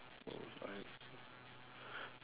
what was your I